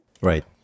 Right